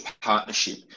partnership